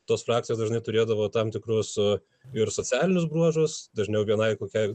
tos frakcijos dažnai turėdavo tam tikrus ir socialinius bruožus dažniau vienai kokiai